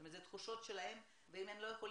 זאת אומרת אלה תחושות שלהם ואם הם לא יכולים